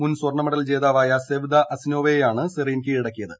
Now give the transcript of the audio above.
മുൻ സ്വർണ്ണ മെഡൽ ജേതാവായ സെവ്ദ അസിനോവയെയാണ് സറീൻ കീഴടക്കിയത്